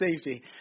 safety